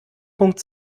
punkt